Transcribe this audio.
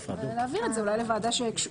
להעביר את זה אולי לוועדה מתאימה.